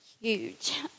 huge